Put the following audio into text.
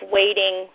waiting